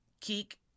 Keek